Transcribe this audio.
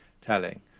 telling